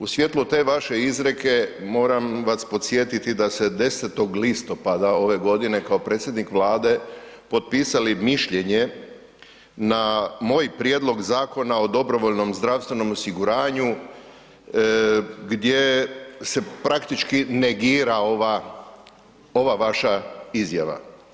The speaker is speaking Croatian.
U svjetlu te vaše izreke moram vas podsjetiti da ste 10. listopada ove godine kao predsjednik Vlade potpisali mišljenje na moj prijedlog Zakona o dobrovoljnom zdravstvenom osiguranju gdje se praktički negira ova vaša izjava.